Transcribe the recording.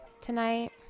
tonight